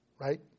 Right